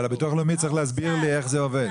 אבל הביטוח הלאומי צריך להסביר לי איך זה עובד.